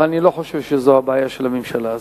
אבל אני לא חושב שזו הבעיה של הממשלה הזאת,